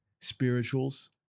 spirituals